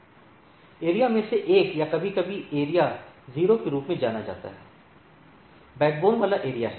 area में से एक या कभी कभी एरिया 0 के रूप में जाना जाता है बैकबोन वाला एरिया है